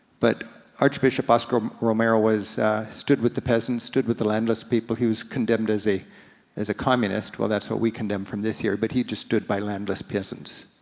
but arch bishop oscar um romero stood with the peasants, stood with the landless people. he was condemned as a as a communist, well that's what we condemn from this here, but he just stood by landless peasants.